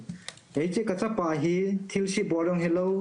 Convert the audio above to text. ומי שהם תפסו אותו כבר שיחררו אותו.